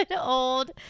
old